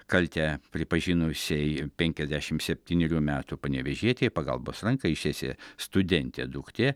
kaltę pripažinusiai penkiasdešimt septynerių metų panevėžietei pagalbos ranką ištiesė studentė duktė